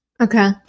Okay